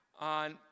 on